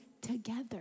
together